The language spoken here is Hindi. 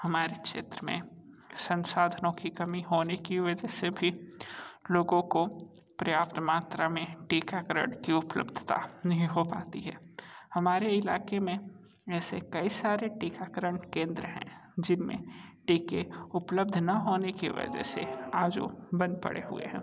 हमारी क्षेत्र में संसाधनों की कमी होने के वजह से भी लोगों को पर्याप्त मात्रा में टीकाकरण की उपलब्धता नहीं हो पाती हैं हमारे इलाक़े में ऐसे कई सारे टीकाकरण केंद्र हैं जिनमें टीके उपलब्ध ना होने की वजह से आज वो बंद पड़े हुए हैं